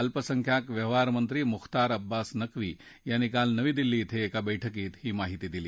अल्पसंख्याक व्यवहारमंत्री मुख्तार अब्बास नक्वी यांनी काल नवी दिल्ली ध्वे एका बैठकीत ही माहिती दिली